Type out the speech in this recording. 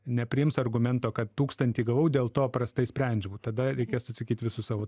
nepriims argumento kad tūkstantį gavau dėl to prastai sprendžiau tada reikės atsakyt visu savo